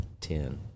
ten